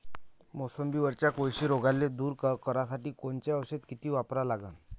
मोसंबीवरच्या कोळशी रोगाले दूर करासाठी कोनचं औषध किती वापरा लागन?